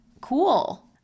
cool